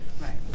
Right